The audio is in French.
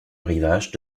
rivage